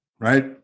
right